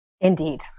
Indeed